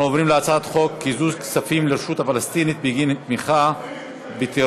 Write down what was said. אנחנו עוברים להצעת חוק קיזוז כספים לרשות הפלסטינית בגין תמיכה בטרור,